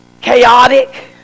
chaotic